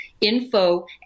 info